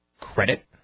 credit